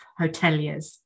hoteliers